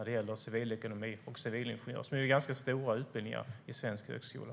Det är ganska stora utbildningar i svensk högskola.